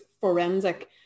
forensic